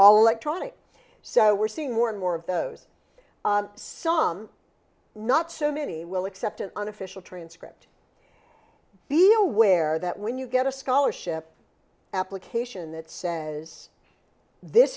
all electronic so we're seeing more and more of those some not so many will accept an unofficial transcript these are aware that when you get a scholarship application that says this